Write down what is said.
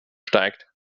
steigt